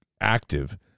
active